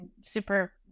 super